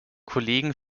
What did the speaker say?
kollegen